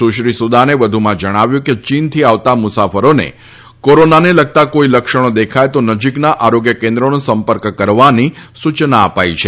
સુશ્રી સુદાને વધુમાં જણાવ્યું હતું કે ચીનથી આવતા મુસાફરોને કોરોનાને લગતા કોઈ લક્ષણો દેખાય તો નજીકના આરોગ્ય કેન્દ્રનો સંપર્ક કરવાની સૂચના અપાઈ છે